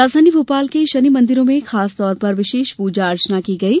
राजधानी भोपाल के शनि मंदिरों में खासतौर पर विशेष पूजा अर्चना की गयी